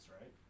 right